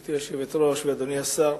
גברתי היושבת-ראש ואדוני השר,